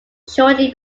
shortly